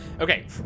Okay